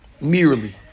merely